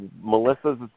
Melissa's